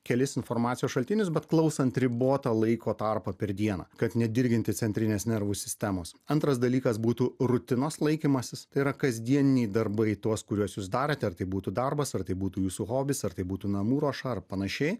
kelis informacijos šaltinius bet klausant ribotą laiko tarpą per dieną kad nedirginti centrinės nervų sistemos antras dalykas būtų rutinos laikymasis tai yra kasdieniai darbai tuos kuriuos jūs darote ar tai būtų darbas ar tai būtų jūsų hobis ar tai būtų namų ruoša ar pan